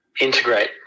integrate